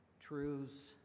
truths